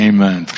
Amen